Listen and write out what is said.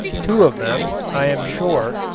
two of them, i am sure,